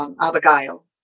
Abigail